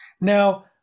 Now